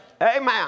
Amen